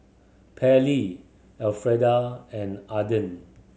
Pairlee Elfreda and Ardeth